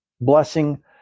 blessing